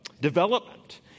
development